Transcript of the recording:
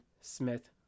Smith